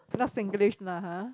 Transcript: not Singlish lah ha